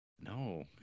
No